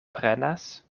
prenas